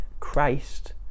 christ